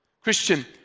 Christian